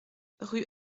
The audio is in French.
rue